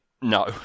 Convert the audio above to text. No